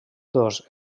dos